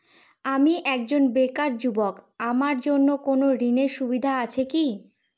আমি একজন বেকার যুবক আমার জন্য কোন ঋণের সুবিধা আছে কি?